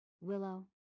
Willow